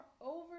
over